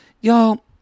Y'all